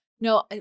No